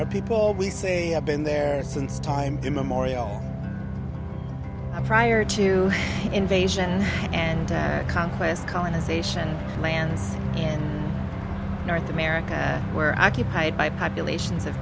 our people we say have been there since time immemorial prior to invasion and conquest colonization lands in north america were occupied by populations of